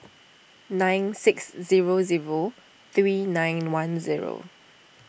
nine six zero zero three nine one zero